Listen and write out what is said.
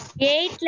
eight